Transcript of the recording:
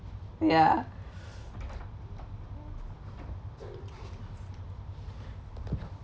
ya